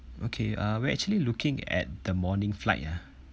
okay uh we're actually looking at the morning flight ah